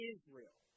Israel